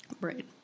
Right